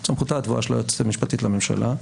את סמכותה הטבועה של היועצת המשפטית לממשלה.